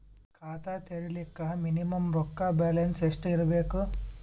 ಖಾತಾ ತೇರಿಲಿಕ ಮಿನಿಮಮ ರೊಕ್ಕ ಬ್ಯಾಲೆನ್ಸ್ ಎಷ್ಟ ಇರಬೇಕು?